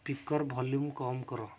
speaker volume କମ କର